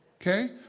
Okay